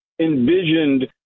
envisioned